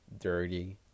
dirty